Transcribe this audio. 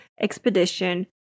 expedition